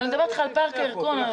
אני מדברת אתך על פארק הירקון.